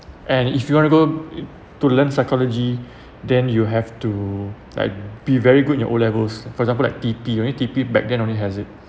and if you want to go to learn psychology then you have to like be very good your O levels for example like T_P only T_P back then only has it